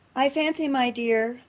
i fancy, my dear,